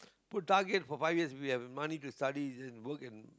put target for five years we have money to study is it work and